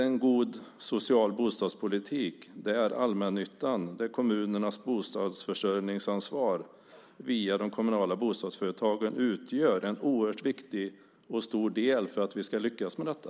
En god social bostadspolitik, med allmännyttan och med kommunernas bostadsförsörjningsansvar via de kommunala bostadsföretagen, utgör en oerhört viktig och stor del för att vi ska lyckas med detta.